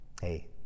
Hey